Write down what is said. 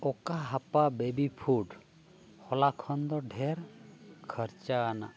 ᱚᱠᱟ ᱦᱟᱯᱟ baby food ᱦᱚᱞᱟ ᱠᱷᱚᱱ ᱫᱚ ᱰᱷᱮᱨ ᱠᱷᱚᱨᱪᱟᱣᱟᱱᱟᱜ